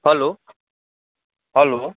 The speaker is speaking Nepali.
hello hello